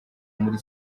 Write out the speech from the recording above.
muri